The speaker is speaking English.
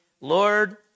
Lord